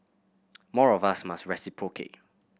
more of us must reciprocate